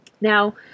Now